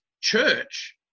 church